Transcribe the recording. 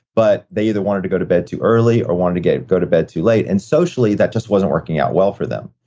but they either wanted to go to bed too early or wanted to go go to bed too late. and socially, that just wasn't working out well for them.